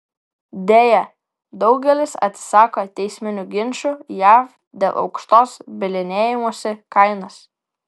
deja daugelis atsisako teisminių ginčų jav dėl aukštos bylinėjimosi kainos